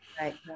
Right